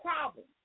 problems